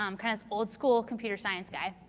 um kind of an old school computer science guide.